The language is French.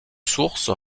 sources